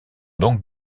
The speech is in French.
donc